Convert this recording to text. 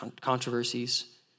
controversies